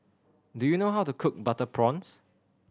do you know how to cook butter prawns